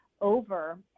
over